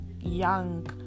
young